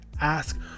ask